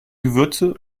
gewürze